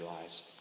lies